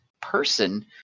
person